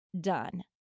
done